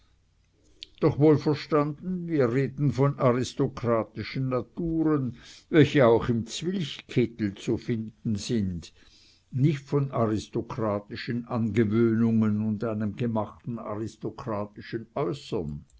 doch wohl verstanden wir reden von aristokratischen naturen welche auch im zwilchkittel zu finden sind nicht von aristokratischen angewöhnungen und einem gemachten aristokratischen äußern